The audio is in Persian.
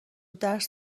درس